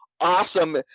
awesome